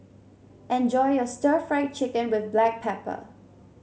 enjoy your Stir Fried Chicken with Black Pepper